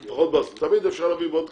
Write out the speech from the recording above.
אני ממטה המאבק, נגד